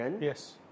Yes